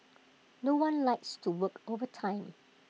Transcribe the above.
no one likes to work overtime